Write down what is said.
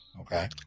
Okay